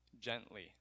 gently